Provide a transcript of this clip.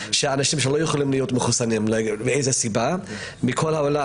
לאנשים שלא יכולים להתחסן מכל העולם